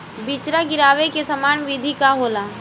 बिचड़ा गिरावे के सामान्य विधि का होला?